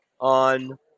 on